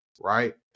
right